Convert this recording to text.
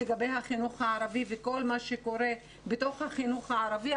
לגבי החינוך הערבי וכל מה שקורה בתוך החינוך הערבי.